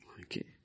Okay